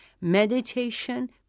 Meditation